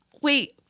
wait